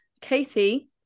katie